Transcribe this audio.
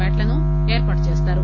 ప్యాట్లను ఏర్పాటు చేస్తారు